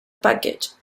package